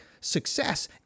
success